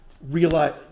realize